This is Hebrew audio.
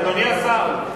אדוני השר,